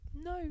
no